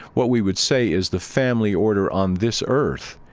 what we would say is the family order on this earth,